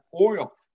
oil